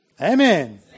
Amen